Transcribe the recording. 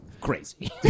crazy